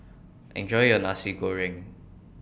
Enjoy your Nasi Goreng